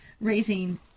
raising